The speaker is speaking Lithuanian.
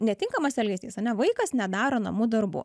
netinkamas elgesys ane vaikas nedaro namų darbų